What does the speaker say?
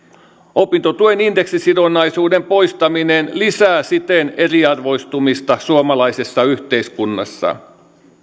opintotuen indeksisidonnaisuuden poistaminen lisää siten eriarvoistumista suomalaisessa yhteiskunnassa